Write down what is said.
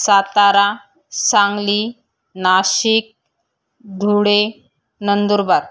Satara Sangli Nashik Dhule Nandurbar